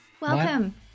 Welcome